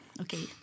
Okay